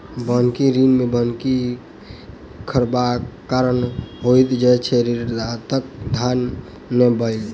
बन्हकी ऋण मे बन्हकी रखबाक कारण होइत छै जे ऋणदाताक धन नै बूड़य